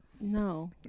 No